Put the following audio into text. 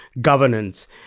governance